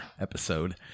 episode